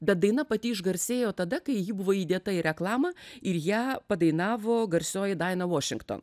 bet daina pati išgarsėjo tada kai ji buvo įdėta į reklamą ir ją padainavo garsioji daina vošington